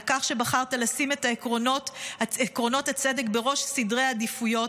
על כך שבחרת לשים את עקרונות הצדק בראש סדר העדיפויות,